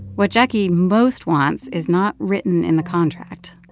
what jacquie most wants is not written in the contract.